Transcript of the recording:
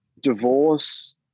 divorce